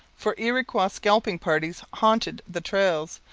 for iroquois scalping parties haunted the trails,